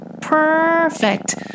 perfect